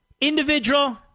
individual